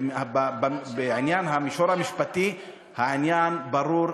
ובמישור המשפטי העניין ברור,